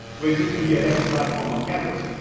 were using the edx platform on campus.